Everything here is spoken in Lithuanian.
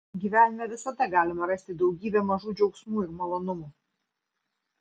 gyvenime visada galima rasti daugybę mažų džiaugsmų ir malonumų